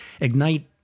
Ignite